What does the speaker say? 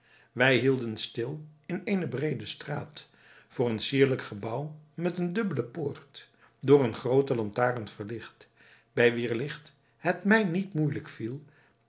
wij hielden stil in eene breede straat voor een sierlijk gebouw met eene dubbele poort door eene groote lantaarn verlicht bij wier licht het mij niet moeijelijk viel